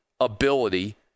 ability